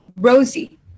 Rosie